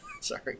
Sorry